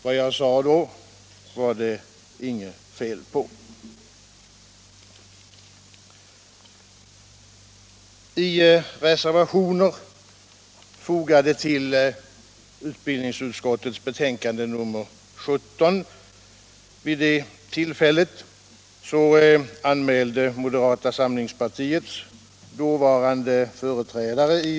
Vad jag sade då var det inget fel på.